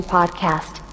Podcast